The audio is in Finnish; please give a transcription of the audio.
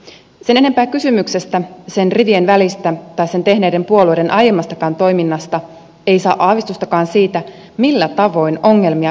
sen enempää kysymyksestä sen rivien välistä tai sen tehneiden puolueiden aiemmastakaan toiminnasta ei saa aavistustakaan siitä millä tavoin ongelmia pitäisi ratkaista